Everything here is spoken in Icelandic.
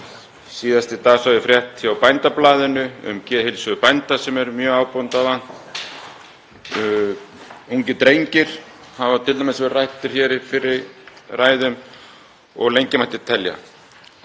Síðast í dag sá ég frétt í Bændablaðinu um geðheilsu bænda sem er mjög ábótavant. Ungir drengir hafa t.d. verið ræddir hér í fyrri ræðum og lengi mætti telja,